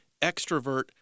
extrovert